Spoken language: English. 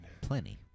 plenty